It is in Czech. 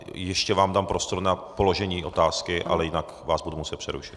Ještě vám dám prostor na položení otázky, ale jinak vás budu muset přerušit.